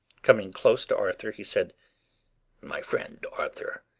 coming close to arthur, he said my friend arthur,